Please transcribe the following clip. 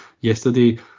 yesterday